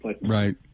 Right